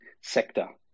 sector